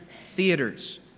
theaters